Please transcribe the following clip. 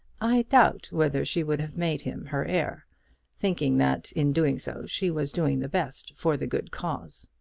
i doubt whether she would have made him her heir thinking that in doing so she was doing the best for the good cause.